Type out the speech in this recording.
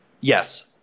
yes